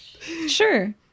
Sure